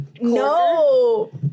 No